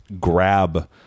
grab